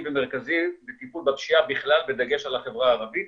ומרכזי בטיפול בפשיעה בכלל בדגש על החברה הערבית